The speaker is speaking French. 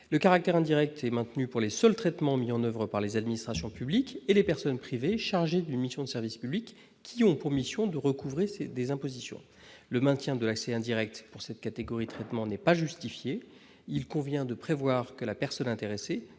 Le caractère indirect est maintenu pour les seuls traitements mis en oeuvre par les administrations publiques et les personnes privées chargées d'une mission de service public qui ont pour mission de recouvrer des impositions. Le maintien de l'accès indirect pour cette catégorie de traitements n'est pas justifié. Il convient de prévoir que la personne intéressée